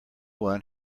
one